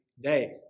day